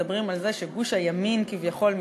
מדברים על זה שגוש הימין כביכול מתחזק,